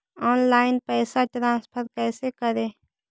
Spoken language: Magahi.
ऑनलाइन पैसा ट्रांसफर कैसे करे?